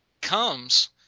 comes